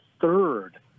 third